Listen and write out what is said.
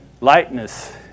lightness